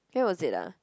where was it ah